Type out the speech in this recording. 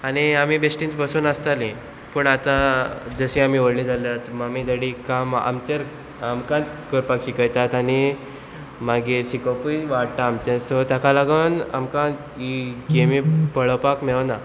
आनी आमी बेश्टीच बसून आसताली पूण आतां जशी आमी व्हडली जाल्यात मम्मी डॅडी काम आमचेर आमकात करपाक शिकयतात आनी मागीर शिकोवपूय वाडटा आमचे सो तेका लागोन आमकां ही गेमी पळोवपाक मेवोना